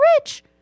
rich